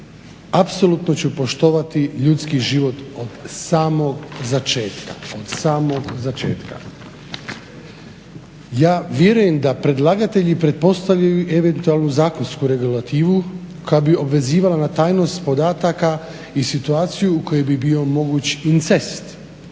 "Apsolutno ću poštovati ljudski život od samog začetka. Ja vjerujem da predlagatelji pretpostavljaju eventualnu zakonsku regulativu koja bi obvezivala na tajnost podataka i situaciju u kojoj bi bio moguć incest